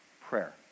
prayer